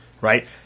right